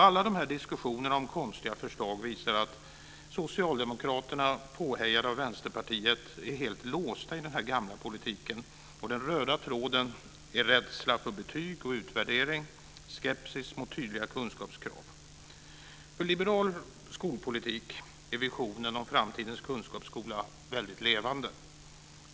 Alla de här diskussionerna om konstiga förslag visar att Socialdemokraterna, påhejade av Vänsterpartiet, är helt låsta i den här gamla politiken. Den röda tråden är rädsla för betyg och utvärdering och skepsis mot tydliga kunskapskrav. För liberal skolpolitik är visionen om framtidens kunskapsskola mycket levande.